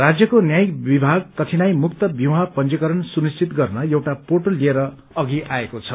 राज्यको न्यायिक विभाग कठिनाई मुक्त विवाह पंजीकरण सुनिश्चित गर्न एउटा पोर्टल लिएर अघि आएको छ